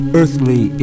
earthly